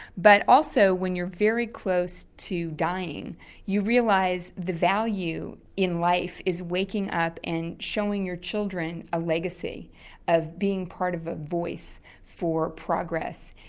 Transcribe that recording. but also when you're very close to dying you realise the value in life is waking up and showing your children a legacy of being part of a voice for progress.